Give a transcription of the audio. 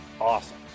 awesome